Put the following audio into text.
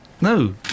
No